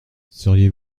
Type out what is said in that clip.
sauriez